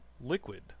Liquid